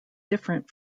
different